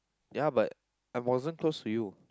ya but I wasn't close to you